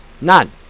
none